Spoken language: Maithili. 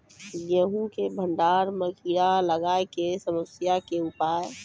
गेहूँ के भंडारण मे कीड़ा लागय के समस्या के उपाय?